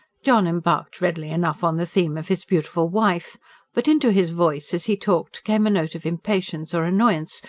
john embarked readily enough on the theme of his beautiful wife but into his voice, as he talked, came a note of impatience or annoyance,